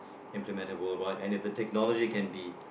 implemented world wide and if the technology can be